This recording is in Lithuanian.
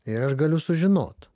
ir aš galiu sužinot